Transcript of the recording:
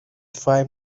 five